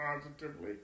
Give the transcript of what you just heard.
positively